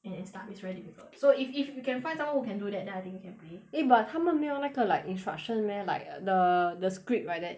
and and stuff it's very difficult so if if you can find someone who can do that then I think you can play eh but 他们没有那个 like instruction meh like the the script like that